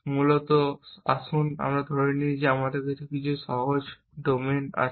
মূলত সুতরাং আসুন আমরা ধরে নিই যে আমাদের কিছু সহজ ডোমেইন আছে